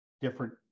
different